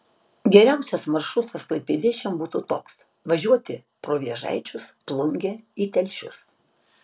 geriausias maršrutas klaipėdiečiams būtų toks važiuoti pro vėžaičius plungę į telšius